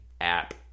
app